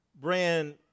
brand